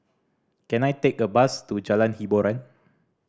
can I take a bus to Jalan Hiboran